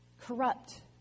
Corrupt